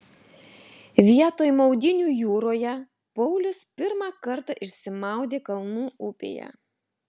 vietoj maudynių jūroje paulius pirmą kartą išsimaudė kalnų upėje